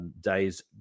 days